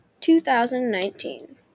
2019